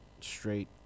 straight